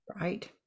right